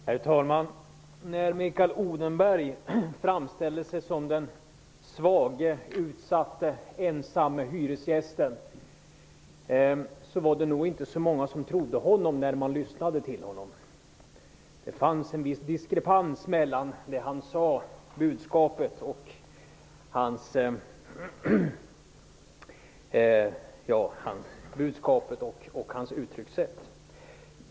Herr talman! När Mikael Odenberg framställde sig som den svaga, utsatta och ensamma hyresgästen var det nog inte så många som trodde honom. Det fanns en viss diskrepans mellan budskapet i det han sade och hans uttryckssätt.